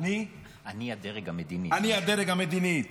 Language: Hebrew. אני הדרג המדיני.